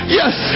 yes